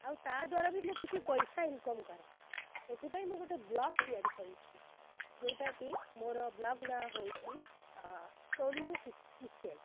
ଆଉ ତା ଦ୍ଵାରା ବି ମୁଁ କିଛି ପଇସା ଇନ୍କମ୍ କରେ ସେଥିପାଇଁ ମୁଁ ଗୋଟେ ବ୍ଲକ୍ ତିଆରି କରିଛି ଯେଉଁଟା କି ମୋର ବ୍ଲକ୍ ନାମ ହେଉଛି ତନୁ କିଚେନ୍